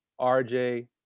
RJ